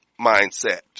mindset